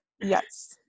Yes